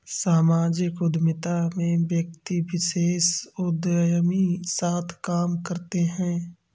सामाजिक उद्यमिता में व्यक्ति विशेष उदयमी साथ काम करते हैं